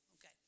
Okay